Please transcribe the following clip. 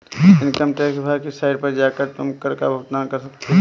income tax विभाग की site पर जाकर तुम कर का भुगतान कर सकते हो